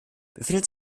befindet